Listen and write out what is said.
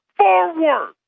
Forward